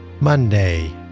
Monday